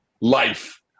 life